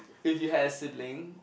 if you had a sibling